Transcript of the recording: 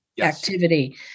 activity